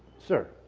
sir.